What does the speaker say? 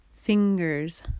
fingers